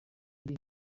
muri